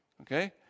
okay